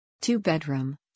Two-bedroom